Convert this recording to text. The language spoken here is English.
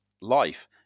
life